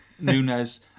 nunez